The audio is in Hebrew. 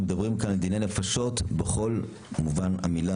אנחנו מדברים כאן על דיני נפשות בכל מובן המילה,